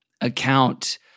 account